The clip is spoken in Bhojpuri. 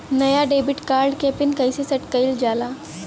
नया डेबिट कार्ड क पिन कईसे सेट कईल जाला?